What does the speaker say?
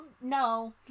No